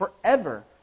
forever